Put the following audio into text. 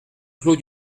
clos